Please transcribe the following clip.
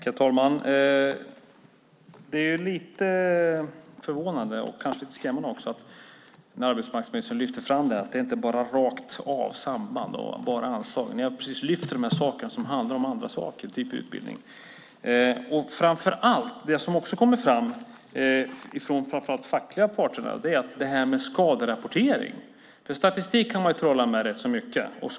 Herr talman! Det är lite förvånande och kanske också lite skrämmande att arbetsmarknadsministern lyfter fram att det inte finns något rakt samband och att det inte bara handlar om anslagen. Jag har ju precis lyft fram det som handlar om de andra sakerna, till exempel utbildning. Det som också kommer fram från framför allt de fackliga parterna är skaderapporteringen. Man kan trolla rätt mycket med statistik.